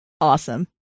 awesome